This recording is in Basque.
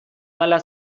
hala